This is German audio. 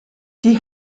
die